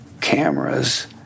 cameras